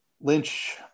Lynch